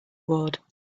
ward